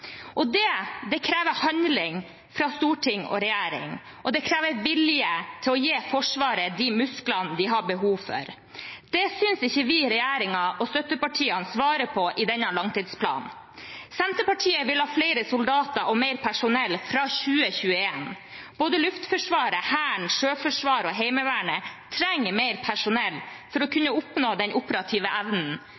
og det krever handling fra storting og regjering, og det krever vilje til å gi Forsvaret de musklene de har behov for. Det synes ikke vi regjeringen og støttepartiene svarer på i denne langtidsplanen. Senterpartiet vil ha flere soldater og mer personell fra 2021. Både Luftforsvaret, Hæren, Sjøforsvaret og Heimevernet trenger mer personell for å